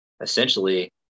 essentially